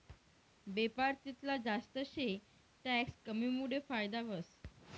बेपार तितला जास्त शे टैक्स कमीमुडे फायदा व्हस